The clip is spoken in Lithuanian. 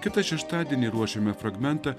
kitą šeštadienį ruošiame fragmentą